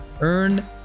Earn